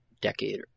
decade